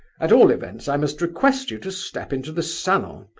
at all events, i must request you to step into the salon,